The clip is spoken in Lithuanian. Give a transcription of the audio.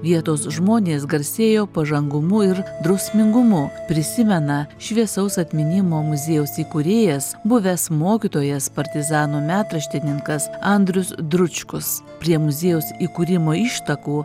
vietos žmonės garsėjo pažangumu ir drausmingumu prisimena šviesaus atminimo muziejaus įkūrėjas buvęs mokytojas partizanų metraštininkas andrius dručkus prie muziejaus įkūrimo ištakų